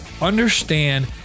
understand